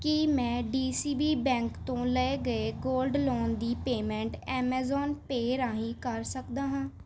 ਕੀ ਮੈਂ D C B bank ਤੋਂ ਲਏ ਗਏ ਗੋਲਡ ਲੋਨ ਦੀ ਪੇਮੈਂਟ ਐਮਾਜ਼ੋਨ ਪੇ ਰਾਹੀਂ ਕਰ ਸਕਦਾ ਹਾਂ